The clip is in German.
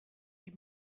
die